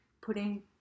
putting